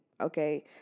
okay